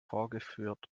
vorgeführt